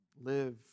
live